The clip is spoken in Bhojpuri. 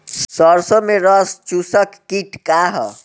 सरसो में रस चुसक किट का ह?